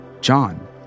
John